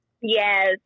Yes